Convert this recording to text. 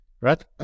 Right